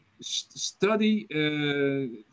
study